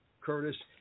Curtis